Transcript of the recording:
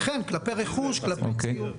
אכן, כלפי רכוש, כלפי ציוד.